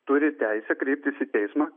turi teisę kreiptis į teismą